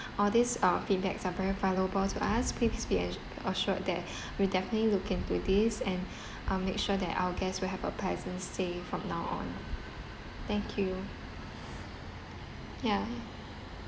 all these uh feedbacks are very valuable to us please be ans~ assured that we'll definitely look into this and um make sure that our guests will have a pleasant stay from now on thank you ya ya